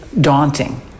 daunting